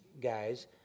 guys